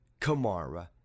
Kamara